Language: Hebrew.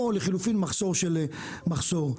או לחילופין מחסור במזון.